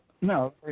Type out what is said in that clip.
No